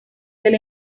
del